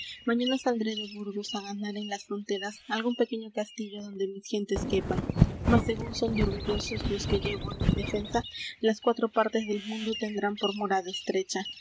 mañana saldré de burgos á ganar en las fronteras algún pequeño castillo adonde mis gentes quepan mas según son de orgullosos los que llevo en mi defensa las cuatro partes del mundo tendrán por morada estrecha